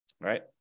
right